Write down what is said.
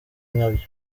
nkabyo